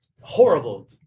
horrible